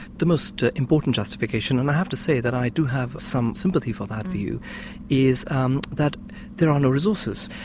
the most important justification and i have to say that i do have some sympathy for that view is um that there are no resources.